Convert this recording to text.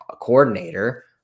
coordinator